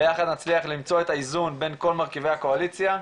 ביחד נצליח למצוא את האיזון בין כל מרכיבי הקואליציה,